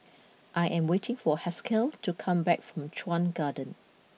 I am waiting for Haskell to come back from Chuan Garden